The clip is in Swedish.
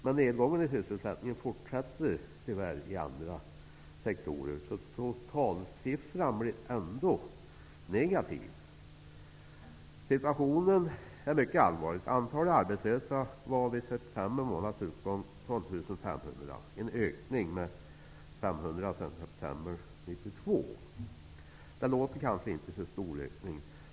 Men nedgången i sysselsättningen fortsätter tyvärr i andra sektorer, så totalsiffran blir ändå negativ. Situationen är mycket allvarlig. Antalet arbetslösa var vid september månads utgång 12 500, en ökning med 500 sedan september 1992. Det låter kanske inte som en så stor ökning.